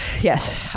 Yes